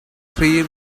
three